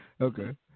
Okay